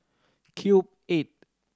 Cube Eight